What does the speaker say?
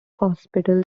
hospitals